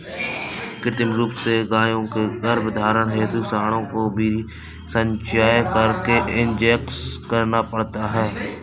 कृत्रिम रूप से गायों के गर्भधारण हेतु साँडों का वीर्य संचय करके इंजेक्ट करना पड़ता है